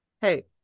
Hey